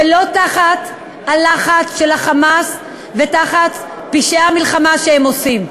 ולא תחת הלחץ של ה"חמאס" ופשעי המלחמה שהם עושים.